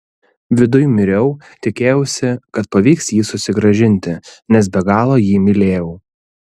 viduj miriau tikėjausi kad pavyks jį susigrąžinti nes be galo jį mylėjau